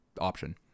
option